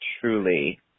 truly